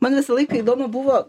man visą laiką įdomu buvo